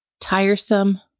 tiresome